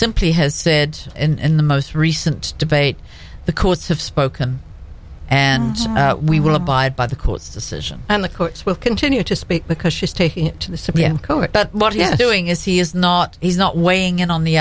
simply has said in the most recent debate the courts have spoken and we will abide by the court's decision and the courts will continue to speak because she's taking it to the supreme court but what he's doing is he is not he's not weighing in on the